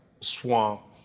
swamp